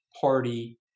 Party